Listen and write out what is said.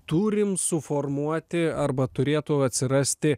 turim suformuoti arba turėtų atsirasti